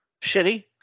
Shitty